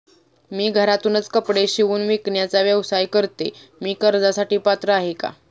मी घरातूनच कपडे शिवून विकण्याचा व्यवसाय करते, मी कर्जासाठी पात्र आहे का?